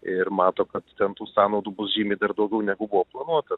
ir mato kad ten tų sąnaudų bus žymiai dar daugiau negu buvo planuota